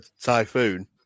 Typhoon